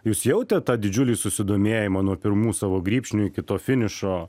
jūs jautėt tą didžiulį susidomėjimą nuo pirmų savo grybšnių iki to finišo